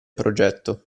progetto